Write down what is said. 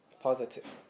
positive